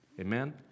Amen